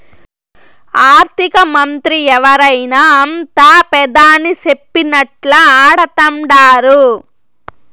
ఆర్థికమంత్రి ఎవరైనా అంతా పెదాని సెప్పినట్లా ఆడతండారు